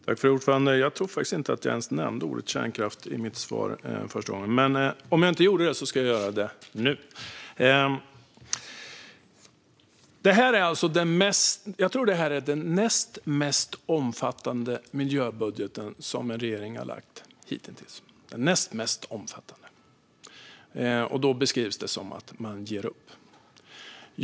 Fru talman! Jag tror faktiskt att jag inte ens nämnde ordet kärnkraft i mitt första svar, men om jag inte gjorde det ska jag göra det nu. Jag tror att detta är den näst mest omfattande miljöbudget som en regering har lagt fram hitintills, och då beskrivs det som att man ger upp.